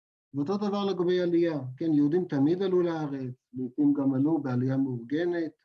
ואותו דבר לגבי עלייה, כן יהודים תמיד עלו לארץ, לפעמים גם עלו בעלייה מאורגנת